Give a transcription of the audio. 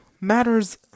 matters